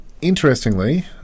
interestingly